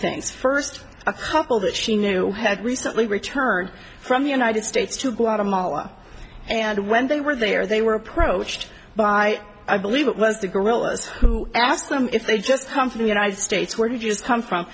things first a couple that she knew had recently returned from the united states to guatemala and when they were there they were approached by i believe it was the guerrillas who asked them if they just come from the united states where did you come from